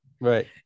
right